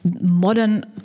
modern